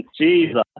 Jesus